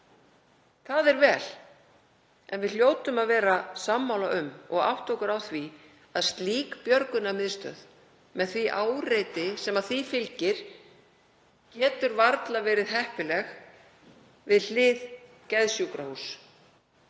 Það er vel. En við hljótum að vera sammála um, og átta okkur á því, að slík björgunarmiðstöð, með því áreiti sem því fylgir, getur varla verið heppileg við hlið geðsjúkrahúss.